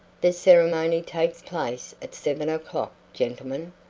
the ceremony takes place at seven o'clock, gentlemen.